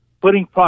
putting